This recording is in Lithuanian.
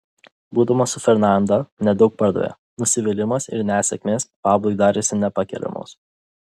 būdamas su fernanda nedaug pardavė nusivylimas ir nesėkmės pablui darėsi nepakeliamos